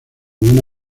una